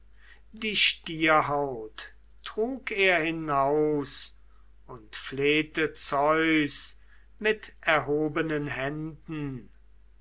die stierhaut trug er hinaus und flehete zeus mit erhobenen händen